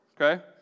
okay